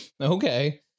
okay